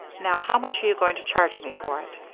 now, how much are you going to charge me for it?